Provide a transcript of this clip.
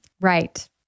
right